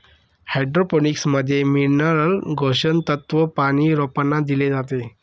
hydroponics मध्ये mineral पोषक तत्व व पानी रोपांना दिले जाते